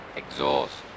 exhaust